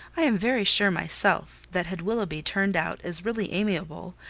i am very sure myself, that had willoughby turned out as really amiable,